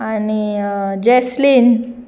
आनी जॅस्लीन